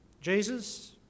Jesus